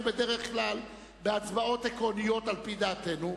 בדרך כלל בהצבעות עקרוניות על-פי דעתנו,